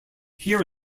here